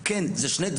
זה לא שוויוני.